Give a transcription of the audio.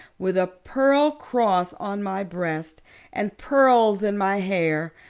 with a pearl cross on my breast and pearls in my hair.